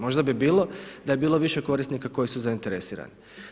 Možda bi bilo da je bilo više korisnika koji su zainteresirani.